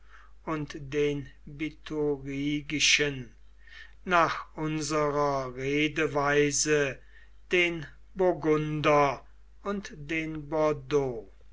und den biturigischen nach unserer redeweise den burgunder und den